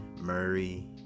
Murray